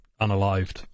unalived